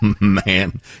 man